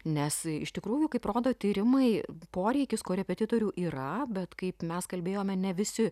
nes iš tikrųjų kaip rodo tyrimai poreikis korepetitorių yra bet kaip mes kalbėjome ne visi